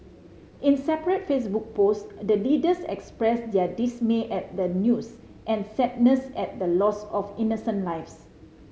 in separate Facebook post the leaders expressed their dismay at the news and sadness at the loss of innocent lives